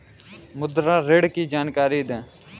मुद्रा ऋण की जानकारी दें?